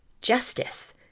justice